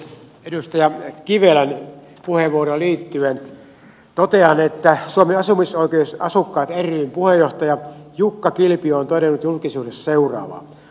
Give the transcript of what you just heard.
edustaja kivelän puheenvuoroon liittyen totean että suomen asumisoikeusasukkaat ryn puheenjohtaja jukka kilpi on todennut julkisuudessa seuraavaa